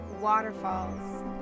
waterfalls